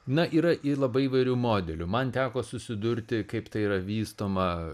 na yra ir labai įvairių modelių man teko susidurti kaip tai yra vystoma